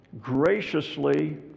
graciously